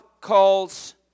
calls